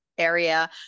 area